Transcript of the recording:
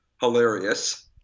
hilarious